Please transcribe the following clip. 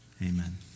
Amen